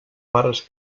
pares